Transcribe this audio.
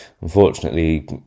unfortunately